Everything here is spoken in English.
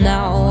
Now